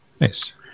Nice